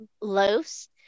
loaves